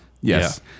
Yes